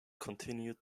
continued